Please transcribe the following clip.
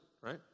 right